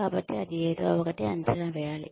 కాబట్టి అది ఏదో ఒకటి అంచనా వేయాలి